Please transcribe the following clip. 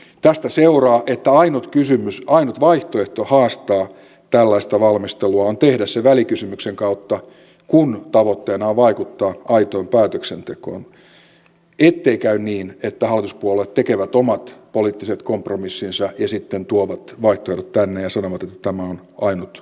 tästä seuraa että ainut kysymys ainut vaihtoehto haastaa tällaista valmistelua on tehdä se välikysymyksen kautta kun tavoitteena on vaikuttaa aitoon päätöksentekoon ettei käy niin että hallituspuolueet tekevät omat poliittiset kompromissinsa ja sitten tuovat vaihtoehdot tänne ja sanovat että tämä on ainut mahdollisuus